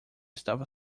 estava